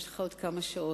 יש לך עוד כמה שעות,